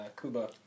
Kuba